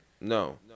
No